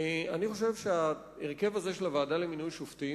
אני חושב שההרכב הזה של הוועדה למינוי שופטים